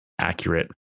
accurate